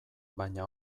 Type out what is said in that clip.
baina